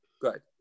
Good